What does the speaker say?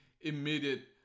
immediate